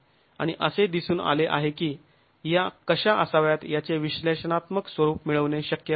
आणि असे दिसून आले आहे की या कशा असाव्यात याचे विश्लेषणात्मक स्वरूप मिळवणे शक्य नाही